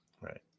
Right